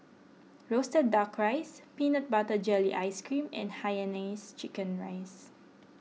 Roasted Duck Rice Peanut Butter Jelly Ice Cream and Hainanese Chicken Rice